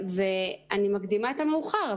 אני מקדימה את המאוחר,